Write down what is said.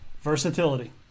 Versatility